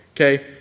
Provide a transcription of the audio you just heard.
Okay